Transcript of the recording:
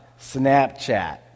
Snapchat